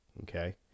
okay